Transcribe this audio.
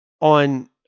on